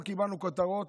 לא קיבלנו כותרות,